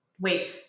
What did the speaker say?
Wait